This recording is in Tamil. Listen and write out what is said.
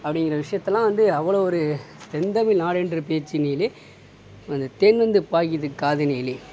அப்படிங்குற விஷயத்தலாம் வந்து அவ்வளோ ஒரு செந்தமிழ் நாடென்ற பேச்சினிலே வந்து தேன் வந்து பாயுது காதினிலே